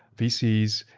vcs,